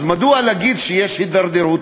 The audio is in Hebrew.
אז מדוע להגיד שיש הידרדרות?